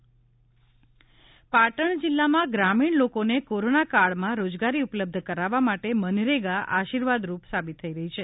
પાટણમાં મનરેગા પાટણ જિલ્લામાં ગ્રામીણ લોકોને કોરોનાકાળમાં રોજગારી ઉપલબ્ધ કરાવવા માટે મનરેગા આશીર્વાદરૂપ સાબિત થઈ રહી છે